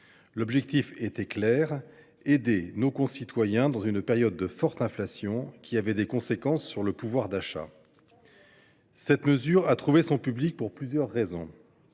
L’objectif était clair : aider nos concitoyens dans une période de forte inflation, qui avait des conséquences sur leur pouvoir d’achat. Cette mesure a trouvé son public pour plusieurs raisons.